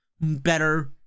better